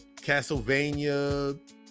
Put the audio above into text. Castlevania